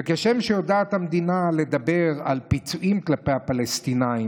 וכשם שיודעת המדינה לדבר על פיצויים כלפי הפלסטינים,